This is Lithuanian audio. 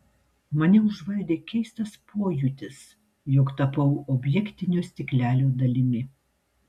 mane užvaldė keistas pojūtis jog tapau objektinio stiklelio dalimi